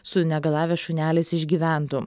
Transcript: sunegalavęs šunelis išgyventų